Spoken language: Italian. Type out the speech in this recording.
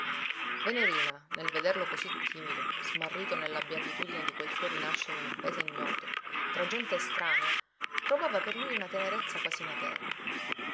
venerina nel vederlo cosí timido smarrito nella beatitudine di quel suo rinascere in un paese ignoto tra gente estranea provava per lui una tenerezza quasi materna